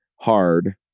hard